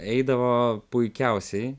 eidavo puikiausiai